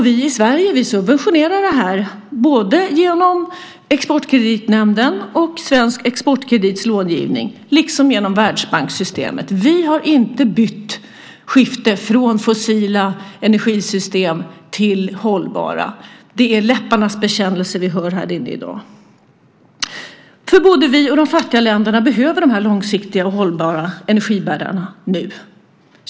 Vi i Sverige subventionerar det här, både genom Exportkreditnämnden och Svensk Exportkredits långivning liksom genom världsbankssystemet. Vi har inte bytt skifte från fossila energisystem till hållbara. Det är läpparnas bekännelse vi hör här inne i dag. Både vi och de fattiga länderna behöver de långsiktiga och hållbara energibärarna nu.